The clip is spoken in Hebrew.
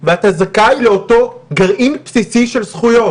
ואנחנו זכאים לאותו גרעין בסיסי של זכויות.